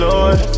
Lord